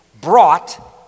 brought